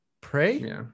pray